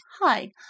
Hi